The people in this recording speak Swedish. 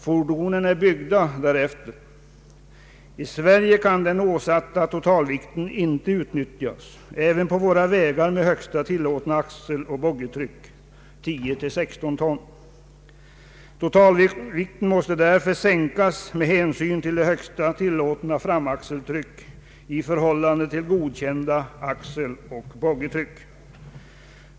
Fordonen är byggda därefter. I Sverige kan den åsatta totalvikten inte utnyttjas, inte ens på våra vägar med högsta tillåtna axeloch boggietryck dvs. 10—16 ton. Totalvikten måste därför sänkas med hänsyn bl.a. till högsta tillåtna framaxeltryck i förhållande till godkända axeloch boggietryck.